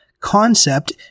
concept